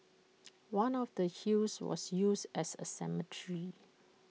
one of the hills was used as A cemetery